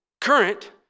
current